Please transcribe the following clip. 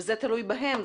וזה תלוי בהם,